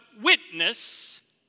witness